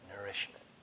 nourishment